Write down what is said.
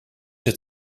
het